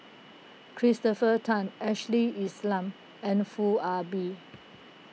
Christopher Tan Ashley Isham and Foo Ah Bee